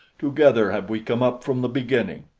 together have we come up from the beginning.